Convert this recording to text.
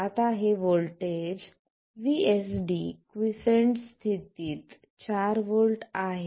आता हे voltage VSD quiescent स्थितीत 4 व्होल्ट आहे